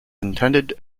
intended